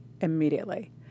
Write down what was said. immediately